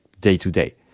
day-to-day